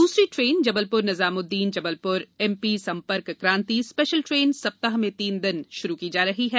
दूसरी train Jabalpur Nizamuddin Jabalpur MP Sampark Kranti special train सप्ताह में तीन दिन प्रारंभ की जा रही है